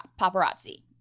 paparazzi